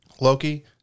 Loki